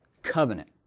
covenant